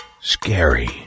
scary